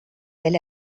bel